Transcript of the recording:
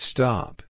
Stop